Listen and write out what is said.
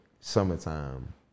Summertime